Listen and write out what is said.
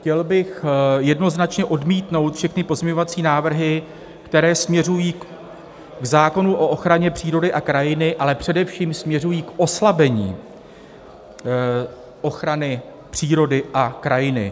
Chtěl bych jednoznačně odmítnout všechny pozměňovací návrhy, které směřují k zákonu o ochraně přírody a krajiny, ale především směřují k oslabení ochrany přírody a krajiny.